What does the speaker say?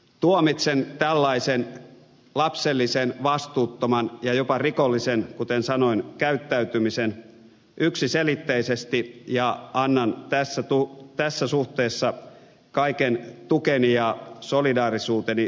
tuomitsen tällaisen lapsellisen vastuuttoman ja jopa rikollisen kuten sanoin käyttäytymisen yksiselitteisesti ja annan tässä suhteessa kaiken tukeni ja solidaarisuuteni ministeri thorsille